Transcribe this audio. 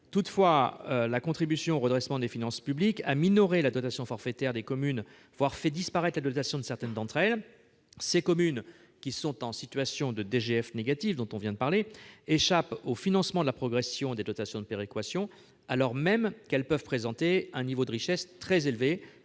Toutefois, la contribution au redressement des finances publiques a minoré la dotation forfaitaire des communes, voire fait disparaître la dotation de certaines d'entre elles. Ces communes, qui sont donc en situation de DGF négative, échappent au financement de la progression des dotations de péréquation, alors même qu'elles peuvent présenter un niveau de richesse très élevé,